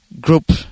group